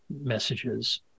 messages